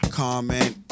comment